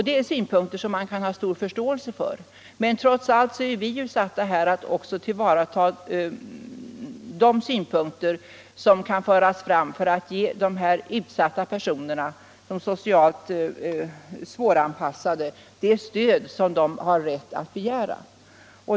Det är synpunkter som man kan 1 ha förståelse för, men trots allt är det vår uppgift att ge de här utsatta grupperna, de socialt svåranpassade, det stöd de har rätt att begära.